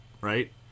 right